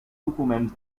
documents